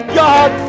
god